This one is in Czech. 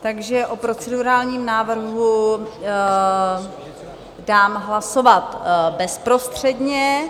Takže o procedurálním návrhu dám hlasovat bezprostředně.